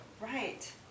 right